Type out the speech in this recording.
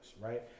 right